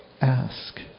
Ask